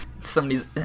Somebody's